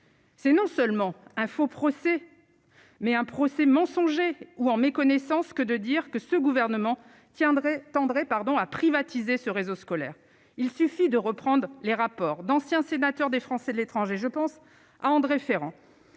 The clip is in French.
C'est non seulement un faux procès, mais un procès mensongers ou en méconnaissance que de dire que ce gouvernement tiendrait tendrait pardon à privatiser ce réseau scolaire, il suffit de reprendre les rapports d'ancien sénateur des Français de l'étranger : je pense à André Ferrand,